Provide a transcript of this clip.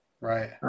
right